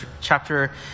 chapter